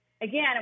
again